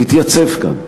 תתייצב כאן,